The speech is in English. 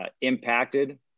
impacted